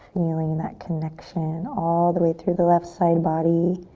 feeling that connection all the way through the left side body.